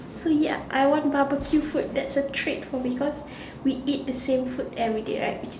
so ya I want barbecue that's a treat for me cause we eat the same food everyday right